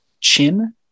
chin